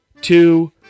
Two